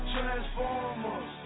Transformers